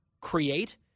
create